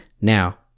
now